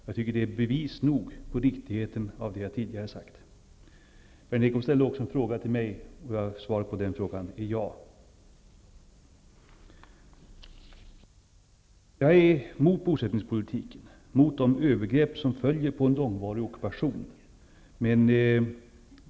Jag tycker att det är bevis nog på riktigheten i det jag tidigare har sagt. Berndt Ekholm ställde också en fråga till mig. Svaret på den frågan är -- ja. Jag är emot bosättningspolitiken och de övergrepp som följer på en långvarig ockupation.